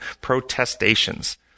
protestations